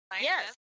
Yes